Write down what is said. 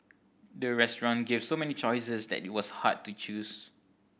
the restaurant gave so many choices that it was hard to choose